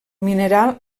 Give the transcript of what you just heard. mineral